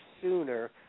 sooner